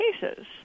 cases